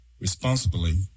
responsibly